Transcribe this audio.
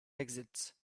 exits